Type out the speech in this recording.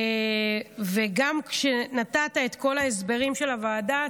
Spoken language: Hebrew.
וגם כשנתת את כל ההסברים של הוועדה.